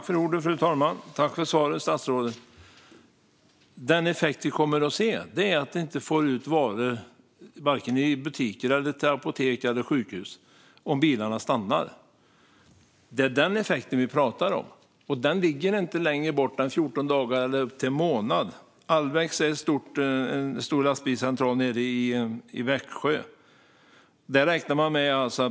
Fru talman! Tack för svaret, statsrådet! Den effekt vi kommer att se är att vi inte får ut varor till butiker, apotek och sjukhus om bilarna stannar. Det är den effekten vi pratar om, och den ligger inte längre bort än mellan 14 dagar och en månad. Alwex är en stor lastbilscentral nere i Växjö.